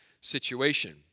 situation